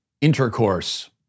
intercourse